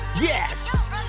Yes